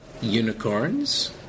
Unicorns